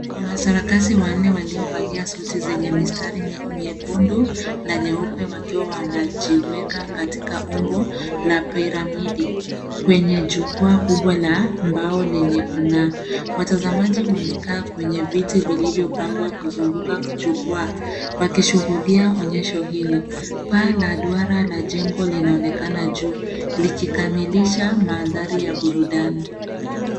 Wana sarakasi wanne waliovalia suti zenye mistari mekundu na nyeupe wakiwa wanajiweka katika umbo la pyramidi kwenye jukwaa kubwa la mbao lenye kung'aa ,watazamaji wamekaa kwenye viti vilivyopangwa kuzunguka kuchukua wakishuhudia onyesho hilo, paa duara na jengo linaonekana juu likikamilisha mandhari ya burudani.